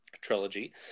Trilogy